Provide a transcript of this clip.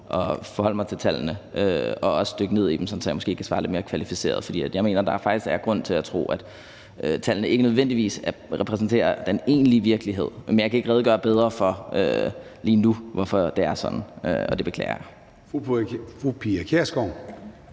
at forholde mig til tallene og også dykke ned i dem, så jeg måske kan svare lidt mere kvalificeret. For jeg mener, at der faktisk er grund til at tro, at tallene ikke nødvendigvis repræsenterer den egentlige virkelighed, men jeg kan ikke lige nu redegøre bedre for, hvorfor det er sådan, og det beklager jeg.